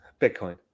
Bitcoin